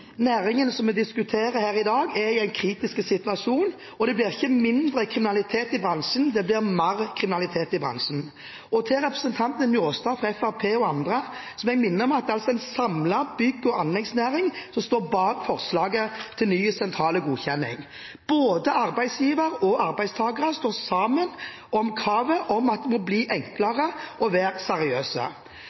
i en kritisk situasjon. Det blir ikke mindre kriminalitet i bransjen, det blir mer kriminalitet i bransjen. Jeg må minne representanten Njåstad fra Fremskrittspartiet og andre om at det er en samlet bygg- og anleggsnæring som står bak forslaget til ny sentral godkjenning. Både arbeidsgivere og arbeidstakere står sammen om kravet om at det må bli enklere å være